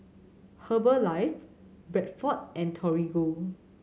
Herbalife Bradford and Torigo